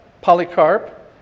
Polycarp